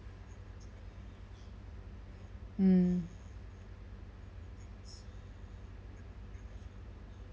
mm